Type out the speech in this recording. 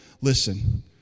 listen